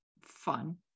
fun